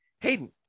Hayden